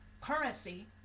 currency